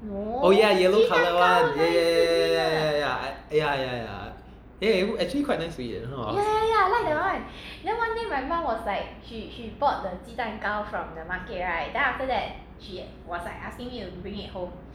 oh ya yellow colour one ya ya ya ya ya eh actually quite nice to eat eh